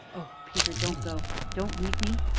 oh, peter don't go don't leave me!